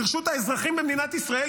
לרשות האזרחים במדינת ישראל?